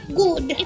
good